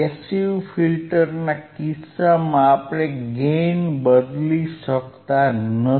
passive ફિલ્ટર્સના કિસ્સામાં આપણે ગેઇન બદલી શકતા નથી